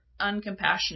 uncompassionate